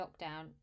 lockdown